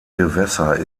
gewässer